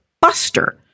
Buster